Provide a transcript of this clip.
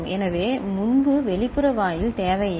எனவே முன்பு வெளிப்புற வாயில் தேவையில்லை